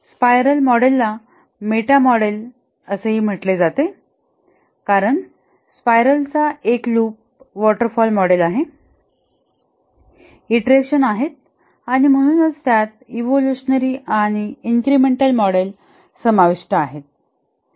स्पाइरलं मॉडेलला meta model असेही म्हटले जाते कारण स्पाइरलं चा एक लूप वॉटर फॉल मॉडेल आहे ईंटरेशन आहेत आणि म्हणूनच त्यात इवोल्युशनरी आणि इन्क्रिमेंटल मॉडेल समाविष्ट आहेत